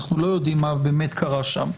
אנחנו לא יודעים מה באמת קרה שם,